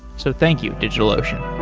so thank you, digitalocean